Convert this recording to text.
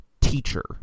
teacher –